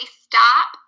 stop